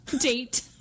date